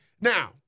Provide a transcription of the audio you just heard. now –